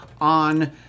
on